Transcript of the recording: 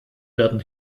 werden